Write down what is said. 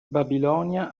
babilonia